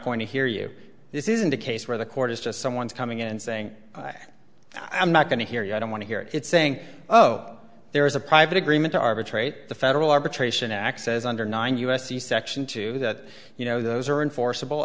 going to hear you this isn't a case where the court is just someone's coming in and saying i'm not going to hear you i don't want to hear it saying oh there was a private agreement to arbitrate the federal arbitration access under nine u s c section two that you know those are enforceable